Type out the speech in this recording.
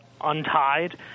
untied